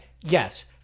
yes